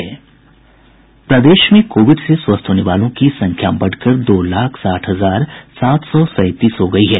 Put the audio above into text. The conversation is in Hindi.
प्रदेश में कोविड से स्वस्थ होने वालों की संख्या बढ़कर दो लाख साठ हजार सात सौ सैंतीस हो गयी है